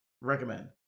recommend